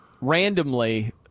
randomly